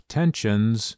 tensions